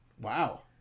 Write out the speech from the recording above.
wow